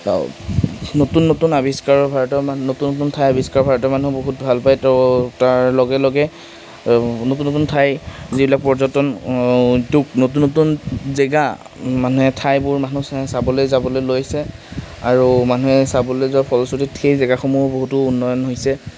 নতুন নতুন আৱিষ্কাৰ ভাৰতীয় মানুহ নতুন নতুন ঠাই আৱিষ্কাৰ ভাৰতীয় মানুহ বহুত ভালপায় ত' তাৰ লগে লগে নতুন নতুন ঠাই যিবিলাক পৰ্যটন উদ্যোগ নতুন নতুন জেগা মানুহে ঠাইবোৰ মানুহে চাবলৈ যাবলৈ লৈছে আৰু মানুহে চাবলৈ যোৱাৰ ফলশ্ৰুতিত সেই জেগাসমূহৰো বহুতো উন্নয়ন হৈছে